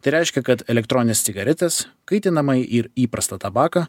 tai reiškia kad elektronines cigaretes kaitinamąjį ir įprastą tabaką